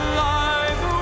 life